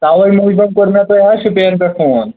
تَوے موٗجوٗب کوٚر مےٚ تۄہہِ حظ شُپین پیٚٹھ فون